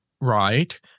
right